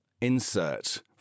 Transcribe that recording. insert